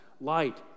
light